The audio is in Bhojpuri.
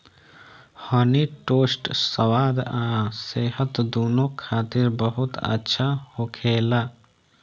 हनी टोस्ट स्वाद आ सेहत दूनो खातिर बहुत अच्छा होखेला